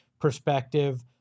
perspective